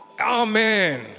Amen